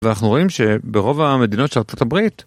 ואנחנו רואים שברוב המדינות של ארה״ב